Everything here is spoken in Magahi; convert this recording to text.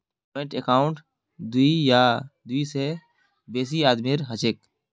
ज्वाइंट अकाउंट दी या दी से बेसी आदमीर हछेक